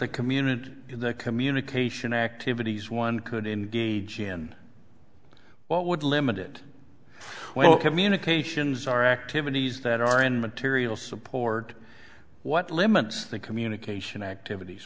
the community in the communication activities one could engage in what would limited well communications are activities that are in material support what limits the communication activities